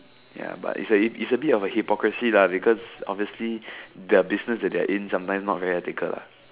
ya but it's a bit of a hypocrisy lah because obviously the business that they're in sometimes not very ethical lah